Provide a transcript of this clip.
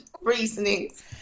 reasonings